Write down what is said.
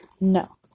no